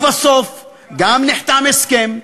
ובסוף גם נחתם הסכם,